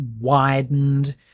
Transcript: widened